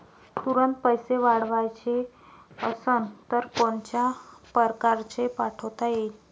तुरंत पैसे पाठवाचे असन तर कोनच्या परकारे पाठोता येईन?